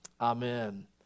Amen